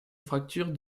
fracture